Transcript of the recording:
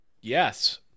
Yes